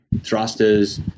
thrusters